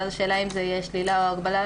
ואז השאלה אם זה יהיה שלילה או הגבלה.